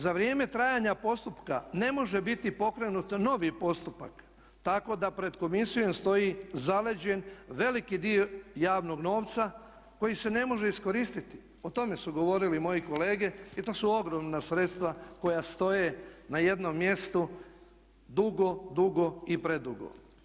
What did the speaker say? Za vrijeme trajanja postupka ne može biti pokrenut novi postupak tako da pred komisijom stoji zaleđen veliki dio javnog novca koji se ne može iskoristiti, o tome su govorili moji kolege i to su ogromna sredstva koja stoje na jednom mjestu dugo, dugo i predugo.